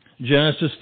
Genesis